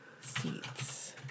seats